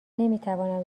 نمیتوانم